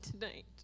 tonight